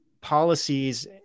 policies